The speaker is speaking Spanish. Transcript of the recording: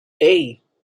hey